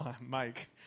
Mike